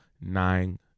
nine